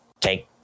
take